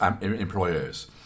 employers